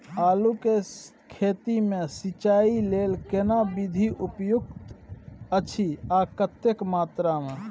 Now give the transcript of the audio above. आलू के खेती मे सिंचाई लेल केना विधी उपयुक्त अछि आ कतेक मात्रा मे?